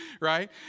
right